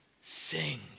sing